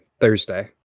Thursday